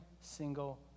single